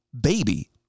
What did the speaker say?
baby